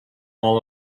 hall